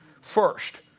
first